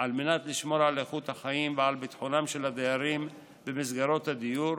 על מנת לשמור על איכות החיים ועל ביטחונם של הדיירים במסגרות הדיור,